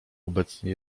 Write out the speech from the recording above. obecnie